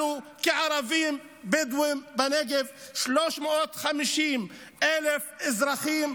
אנחנו, הערבים הבדואים בנגב, 350,000 אזרחים,